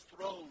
throne